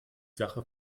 sache